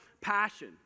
passion